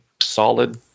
solid